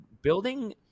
Building